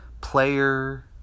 player